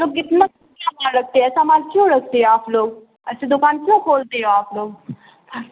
تو کتنا خیال رکھتے ہیں ایسا مال کیوں رکھتے ہیں آپ لوگ ایسے دکان کیوں کھولتے ہیں آپ لوگ